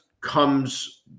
comes